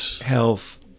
health